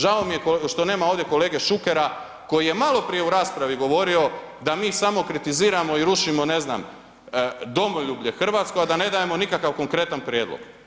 Žao mi je što nema ovdje kolege Šukera koji je maloprije u raspravi govorio da mi samo kritiziramo i rušimo ne znam, domoljublje hrvatsko a da ne dajemo nikakav konkretan prijedlog.